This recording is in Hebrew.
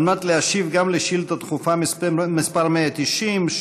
על מנת להשיב גם על שאילתה דחופה מס' 190,